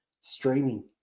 streaming